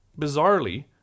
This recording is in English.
bizarrely